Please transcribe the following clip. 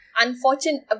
Unfortunate